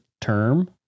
term